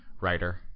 writer